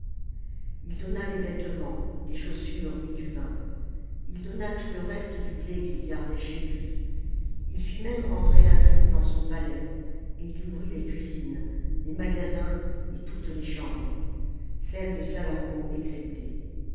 ii donna des vêtements des chaussures et du vin ii donna tout le reste du blé qu'il gardait chez lui ii fit même entrer la foule dans son palais et il ouvrit les cuisines les magasins et toutes les chambres celle de salammbô exceptée